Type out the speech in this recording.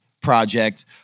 project